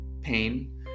pain